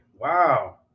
Wow